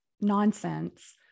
nonsense